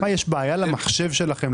יש בעיה למחשב שלכם,